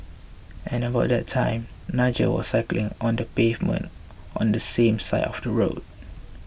at about that time Nigel was cycling on the pavement on the same side of the road